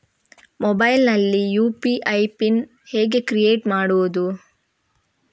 Mobile ನಲ್ಲಿ UPI pin ಹೇಗೆ create ಮಾಡುವುದು?